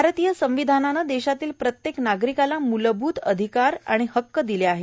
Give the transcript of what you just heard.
भारतीय संविधानानं देशातील प्रत्येक नागरिकाला मूलभूत अधिकार आणि हक्क दिले आहेत